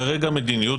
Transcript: כרגע המדיניות,